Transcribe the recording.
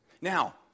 Now